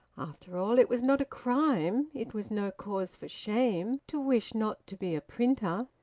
after all, it was not a crime, it was no cause for shame, to wish not to be a printer.